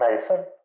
Mason